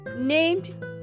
named